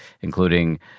including